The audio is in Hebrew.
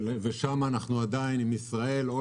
ושם אנחנו עדיין עם "הולילנד ישראל",